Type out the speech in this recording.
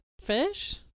fish